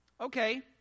okay